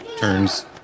turns